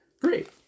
Great